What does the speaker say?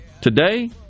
today